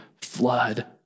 flood